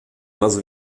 las